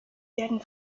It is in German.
werden